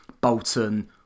Bolton